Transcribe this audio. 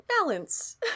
balance